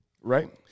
Right